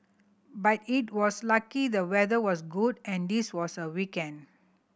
but it was lucky the weather was good and this was a weekend